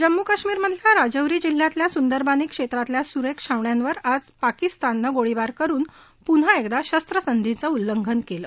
जम्मू काश्मीर मधल्या रजौरी जिल्ह्यातल्या सुंदरबानी क्षेत्रातल्या सुरेख छावण्यांवर आज पाकिस्तानलनं गोळीबार करून पुन्हा एकदा शस्रसंधीचं उल्लंघन केलं